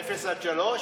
אפס עד שלוש?